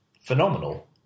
phenomenal